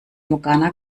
morgana